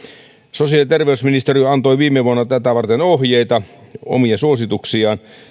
sosiaali ja terveysministeriö antoi viime vuonna tätä varten ohjeita omia suosituksiaan